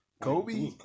Kobe